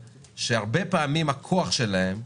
שהרבה פעמים הכוח שלהן,